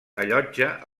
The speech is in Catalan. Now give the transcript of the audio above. allotja